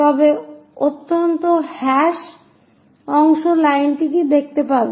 তবে অত্যন্ত হ্যাশ অংশ লাইনটিকে দেখতে পাবে